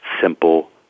simple